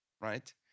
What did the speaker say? right